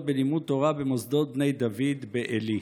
בלימוד תורה במוסדות "בני דוד" בעלי.